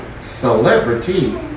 celebrity